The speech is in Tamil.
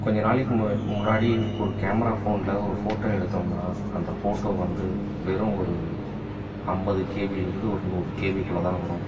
கொஞ்சம் நாளைக்கு மு முன்னாடி ஒரு கேமரா ஃபோனில் ஒரு ஃபோட்டோ எடுத்தோம்னால் அந்த ஃபோட்டோ வந்து வெறும் ஒரு ஐம்பது கேபியில் இருந்து ஒரு நூறு கேபிக்குள்ளே தான் வரும்